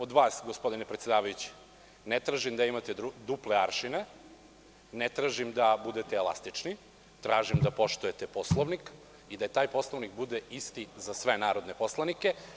Od vas, gospodine predsedavajući, ne tražim da imate duple aršine, ne tražim da budete elastični, tražim da poštujete Poslovnik i da taj Poslovnik bude isti za sve narodne poslanike.